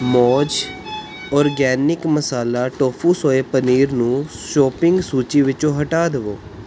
Mooz organic masala tofu soy paneer ਨੂੰ shopping ਸੂਚੀ ਵਿੱਚੋਂ ਹਟਾ ਦਵੋ